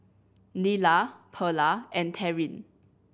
Nyla Perla and Taryn